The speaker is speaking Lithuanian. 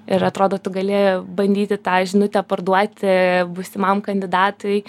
ir atrodo tu gali bandyti tą žinutę parduoti būsimam kandidatui